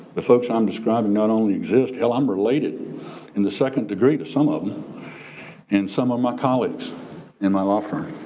the folks i'm describing not only exist, hell, i'm related in the second degree to some of them and some of my colleagues in my law firm.